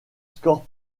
score